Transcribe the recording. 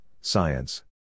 science